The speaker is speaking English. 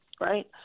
right